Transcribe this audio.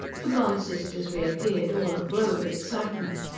the blonde sisters reappeared, all aglow with excitement.